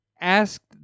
asked